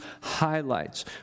highlights